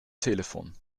telefon